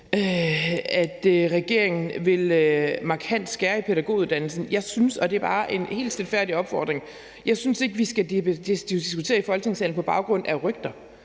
at regeringen vil skære markant i pædagoguddannelsen. Jeg synes ikke, og det er bare en helt stilfærdig opfordring, vi skal diskutere i Folketingssalen på baggrund af rygter.